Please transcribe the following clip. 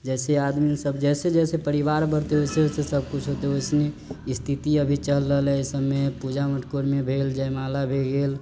जइसे आदमी सब जइसे जइसे परिवार बढ़तै वइसे वइसे सबकुछ होतै वैसने स्थिति अभी चल रहलै अइसबमे पूजा मटकोर मे भेल जयमाला भे गेल